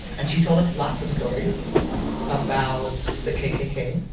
and she told us lots of stories about the kkk,